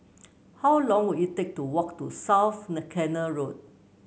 how long will it take to walk to South Canal Road